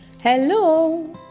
Hello